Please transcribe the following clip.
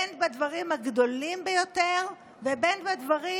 בין בדברים הגדולים ביותר ובין בדברים